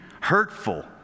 hurtful